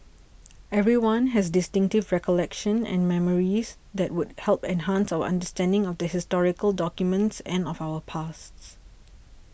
everyone has distinctive recollections and memories that would help enhance our understanding of the historical documents and of our pasts